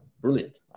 Brilliant